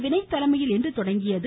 வினய் தலைமையில் இன்று தொடங்கியது